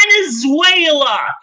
Venezuela